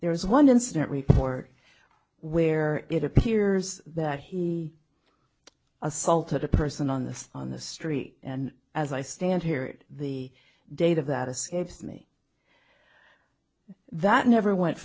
there was one incident report where it appears that he assaulted a person on the on the street and as i stand here the data that escapes me that never went